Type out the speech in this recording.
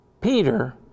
peter